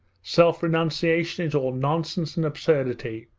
self-renunciation is all nonsense and absurdity!